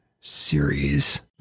series